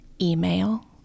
email